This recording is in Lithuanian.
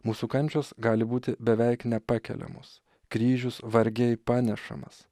mūsų kančios gali būti beveik nepakeliamos kryžius vargiai panešamas